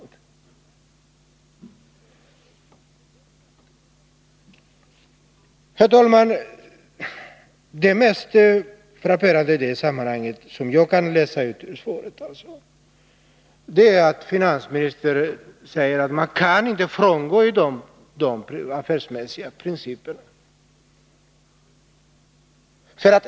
Herr talman! Det mest frapperande som jag kan läsa ut ur svaret är att finansministern anser att man inte kan frångå de affärsmässiga principerna.